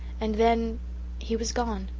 and then he was gone.